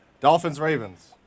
Dolphins-Ravens